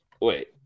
wait